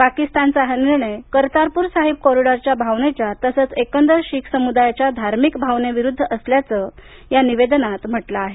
पाकिस्तानचा हा निर्णय करतारपूर साहिब कॉरिडॉरच्या भावनेच्या तसंच एकदर शीख समुदायाच्या धार्मिक भावनेविरुद्ध असल्याचं या निवेदनात म्हटलं आहे